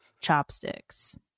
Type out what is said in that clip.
chopsticks